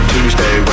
Tuesday